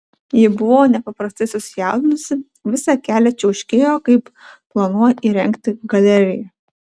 ji buvo nepaprastai susijaudinusi visą kelią čiauškėjo kaip planuoja įrengti galeriją